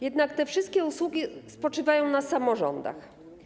Jednak te wszystkie usługi spoczywają na samorządach.